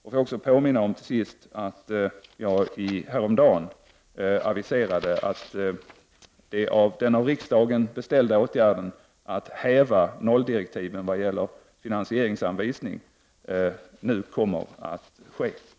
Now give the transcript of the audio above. Får jag också till sist påminna om att jag häromdagen aviserade att den av riksdagen beställda åtgärden att häva nolldirektiven vad gäller finansieringsanvisningen nu kommer att genomföras.